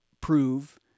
prove